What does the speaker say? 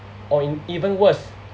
or in even worst